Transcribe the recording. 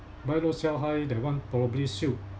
buy low sell high that one probably suit